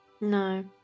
No